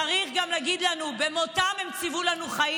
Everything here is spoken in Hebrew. צריך גם להגיד: במותם הם ציוו לנו חיים.